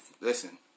listen